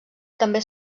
també